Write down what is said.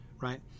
right